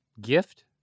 Gift